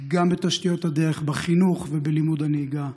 גם בתשתיות הדרך, בחינוך ובלימוד הנהיגה.